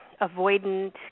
avoidant